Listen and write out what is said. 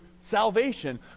salvation